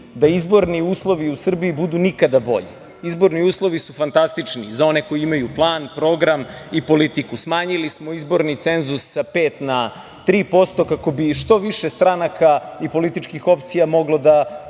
da izborni uslovi u Srbiji budu nikada bolji. Izborni uslovi su fantastični za one koji imaju plan, program i politiku. Smanjili smo izborni cenzus sa 5% na 3%, kako bi što više stranaka i političkih opcija moglo da